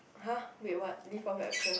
!huh! wait what leave what absence